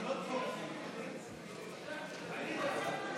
אלה צריכים את זה, הכול בסדר.